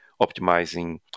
optimizing